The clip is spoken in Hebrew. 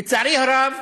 לצערי הרב,